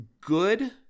good